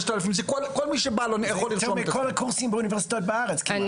זה יותר מכל הקורסים באוניברסיטאות בארץ כמעט.